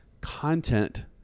content